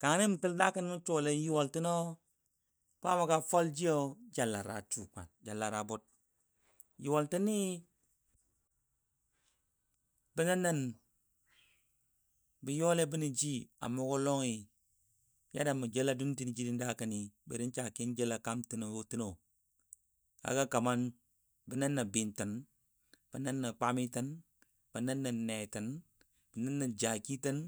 Ka nga ni mə təl dakən mə yuwal tənɔ kwaama fwalji ja lara bur, bə nə nam bə youle jəbɔji amʊgɔ lɔngi yadda mə jela du'n jinɔ dakəni bari sake jelamun tɨno kaga kamar bə nən nə bɨɨtən, bə nən nə kwami tɨn bə nan nə netən. bə nən nə jaki tən,